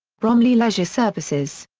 bromley leisure services.